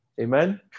Amen